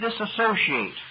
disassociate